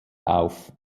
auf